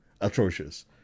atrocious